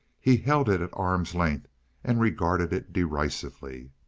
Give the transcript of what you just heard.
he held it at arm's length and regarded it derisively.